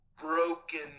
broken